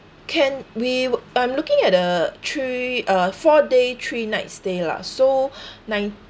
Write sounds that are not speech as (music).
can we w~ I'm looking at a three uh four day three nights stay lah so (breath) nine